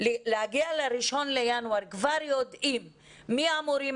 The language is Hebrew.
להגיע ל-1 בינואר כשכבר יודעים מי המורים